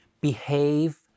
behave